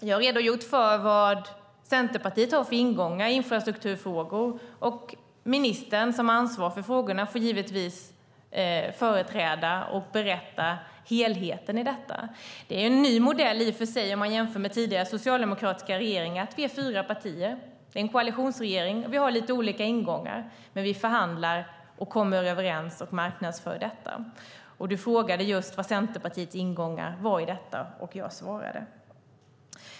Jag har redogjort för de ingångar som Centerpartiet har i infrastrukturfrågor, och den minister som har ansvar för frågorna får givetvis företräda och berätta om helheten i detta. Det är en ny modell om man jämför med tidigare socialdemokratiska regeringar. Vi är fyra partier i en koalitionsregering. Vi har lite olika ingångar, men vi förhandlar, kommer överens och marknadsför detta. Du frågade just vad Centerpartiets ingång i detta var, och jag svarade.